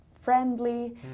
friendly